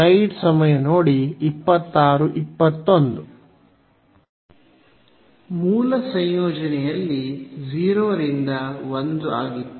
ಮೂಲ ಸಂಯೋಜನೆಯಲ್ಲಿ 0 ರಿಂದ 1 ಆಗಿತ್ತು